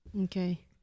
Okay